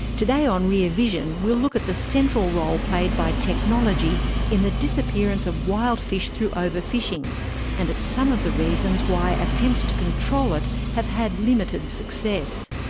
today on rear vision we'll look at the central role played by technology in the disappearance of wild fish through over-fishing and at some of the reasons why attempts to control it have had limited success.